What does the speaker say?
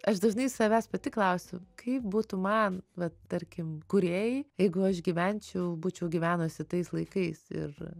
aš dažnai savęs pati klausiu kaip būtų man vat tarkim kūrėjai jeigu aš gyvenčiau būčiau gyvenusi tais laikais ir